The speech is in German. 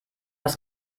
das